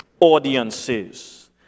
audiences